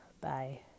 Bye